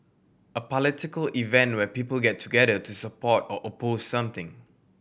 a political event where people get together to support or oppose something